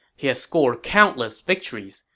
he has scored countless victories,